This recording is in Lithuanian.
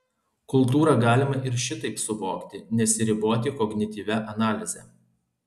kultūrą galima ir šitaip suvokti nesiriboti kognityvia analize